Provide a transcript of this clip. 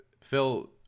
phil